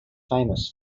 famous